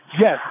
yes